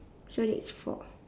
so that's four